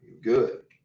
good